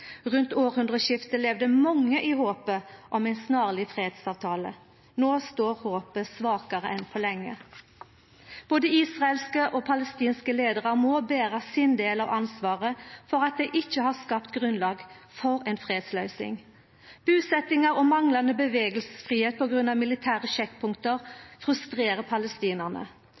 Rundt hundreårsskiftet levde mange i håpet om ein snarleg fredsavtale. No står håpet svakare enn på lenge. Både israelske og palestinske leiarar må bera sin del av ansvaret for at dei ikkje har skapt grunnlag for ei fredsløysing. Busetjingar og manglande